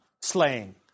slaying